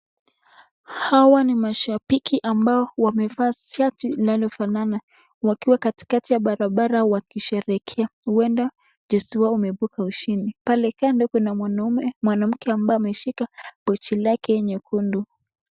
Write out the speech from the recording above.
Hawa ni mashabiki ambao wamevaa shati linalofanana wakiwa katikati ya barabara wakisherehekea, huenda wameibuka ushindi, pale kuna mwanaume, mwanamke ambaye ameshika pochi lake nyekundu.